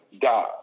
die